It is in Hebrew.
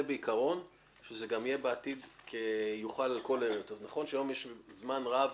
בעיקרון שזה יהיה בעתיד כיוחל על כל --- אז נכון שיש היום זמן רב,